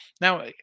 now